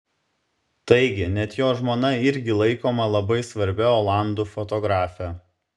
taigi net jo žmona irgi laikoma labai svarbia olandų fotografe